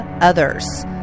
Others